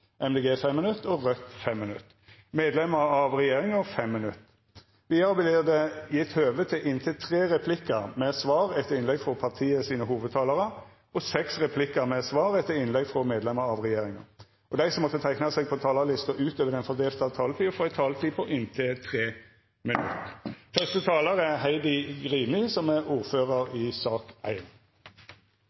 av regjeringa 5 minutt. Vidare vil det verta gjeve høve til inntil tre replikkar med svar etter innlegg frå hovudtalarane til partia og seks replikkar med svar etter innlegg frå medlemer av regjeringa, og dei som måtte teikna seg på talarlista utover den fordelte taletida, får ei taletid på inntil 3 minutt.